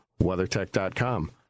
WeatherTech.com